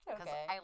okay